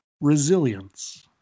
resilience